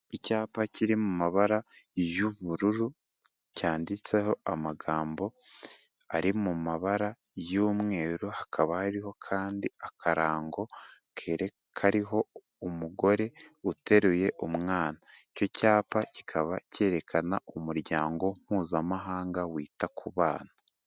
Icyapa kiri mu mabara y'ubururu cyanditseho amagambo ari mu mabara y'umweru, hakaba hariho kandi akarango kariho umugore uteruye umwana. Icyo cyapa kikaba cyerekana umuryango mpuzamahanga wita ku bana.